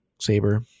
saber